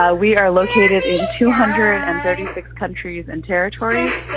ah we are located in two hundred and thirty six countries and territories.